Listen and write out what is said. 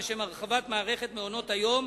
לשם הרחבת מערכת מעונות-היום,